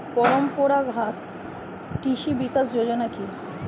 পরম্পরা ঘাত কৃষি বিকাশ যোজনা কি?